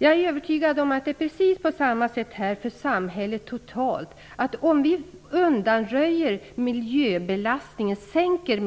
Jag är övertygad om att det är precis på samma sätt här för samhället totalt sett. Om vi minskar miljöbelastningen, vi kan